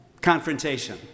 Confrontation